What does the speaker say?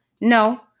No